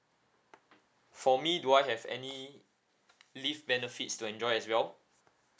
for me do I have any leave benefits to enjoy as well